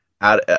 out